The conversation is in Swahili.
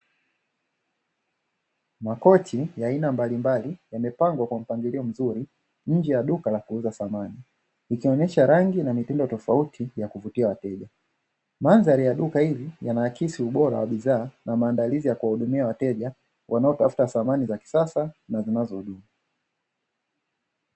Makochi ya aina mbalimbali yamepangwa kwa mpangilio mzuri nje ya duka la kuuza samani, ikionyesha rangi na mitindo tofauti ya kuvutia wateja. Mandhari ya duka hili yanaakisi ubora wa bidhaa na maandalizi ya kuwahudumia wateja wanaotafuta samani za kisasa na zinazodumu.